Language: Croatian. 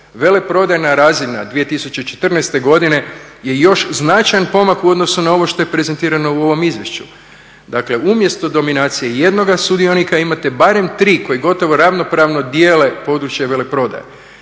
Veleprodajna razina 2014. godine je još značajan pomak u odnosu na ovo što je prezentirano u ovom izvješću. Dakle umjesto dominacije jednoga sudionika imate barem 3 koji gotovo ravnopravno dijele područje veleprodaje.